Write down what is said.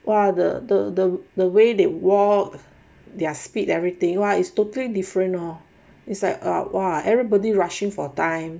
!wah! the the the the way they wore their speed everything why is totally different lor it's like ah !wah! everybody rushing for time